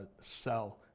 sell